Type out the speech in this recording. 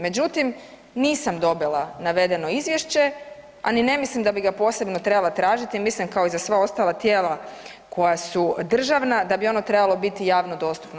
Međutim, nisam dobila navedeno Izvješće, a ni ne mislim da bi ga posebno trebala tražiti, mislim kao i za sva ostala tijela koja su državna da bi ono trebalo biti javno dostupno.